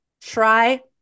Try